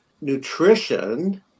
nutrition